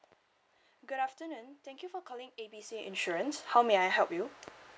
good afternoon thank you for calling A B C insurance how may I help you